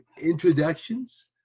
introductions